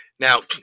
Now